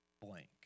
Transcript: blank